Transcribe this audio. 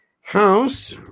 House